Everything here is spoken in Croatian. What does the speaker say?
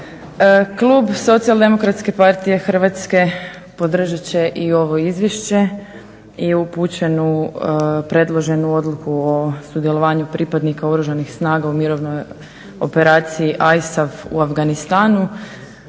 Klub SDP-a Hrvatske podržat će i ovo izvješće i upućenu predloženu Odluku o sudjelovanju pripadnika Oružanih snaga u mirovnoj operaciji ISAF u Afganistanu